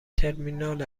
ترمینال